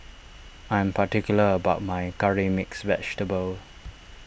I am particular about my Curry Mixed Vegetable